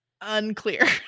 unclear